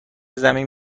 زمین